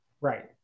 Right